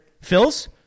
Phil's